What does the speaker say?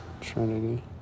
Trinity